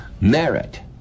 merit